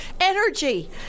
Energy